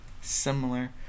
similar